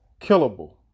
Killable